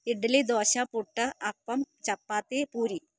idli dosa puttu appam chapati puri